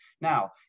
Now